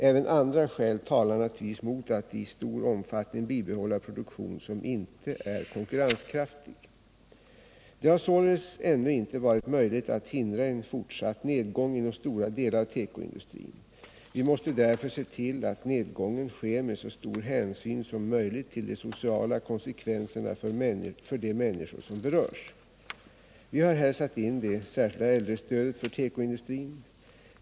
Även andra skäl talar naturligtvis mot att i stor omfattning bibehålla produktion som inte är konkurrenskraftig. Det har således ännu inte varit möjligt att hindra en fortsatt nedgång inom stora delar av tekoindustrin. Vi måste därför se till att nedgången sker med så stor hänsyn som möjligt till de sociala konsekvenserna för de människor som berörs. Vi har här satt in det särskilda äldrestödet för tekoindustrin.